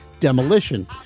demolition